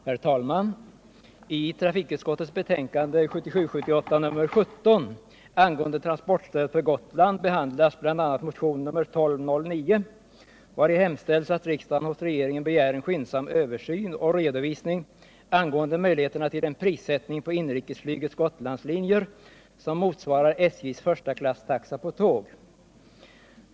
Herr talman! I trafikutskottets betänkande 1977/78:17 angående transportstöd för Gotland behandlas bl.a. motionen 1209, vari hemställs att riksdagen hos regeringen begär en skyndsam översyn och redovisning av möjligheterna till en prissättning på inrikesflygets Gotlandslinjer som motsvarar SJ:s förstaklasstaxa på tåg.